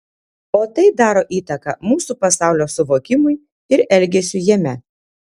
o tai daro įtaką mūsų pasaulio suvokimui ir elgesiui jame